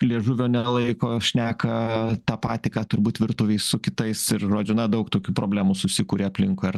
liežuvio nelaiko šneka tą patį ką turbūt virtuvėj su kitais ir žodžiu na daug tokių problemų susikuria aplinkui ar